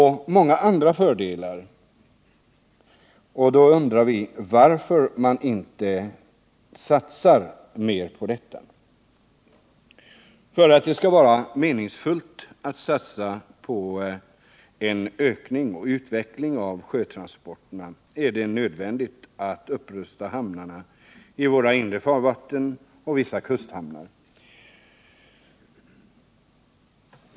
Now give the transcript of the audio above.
Många andra fördelar skulle vinnas, och vi undrar varför man då inte vill göra en satsning på detta område. För att det skall vara meningsfullt att satsa på en utökning och utveckling av sjötransporterna är det nödvändigt att upprusta hamnarna i våra inre farvatten samt vissa kusthamnar.